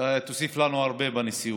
תוסיף לנו הרבה בנשיאות.